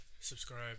Subscribe